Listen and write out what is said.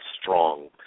strong